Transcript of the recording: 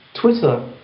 Twitter